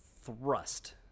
thrust